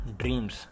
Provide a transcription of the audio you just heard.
dreams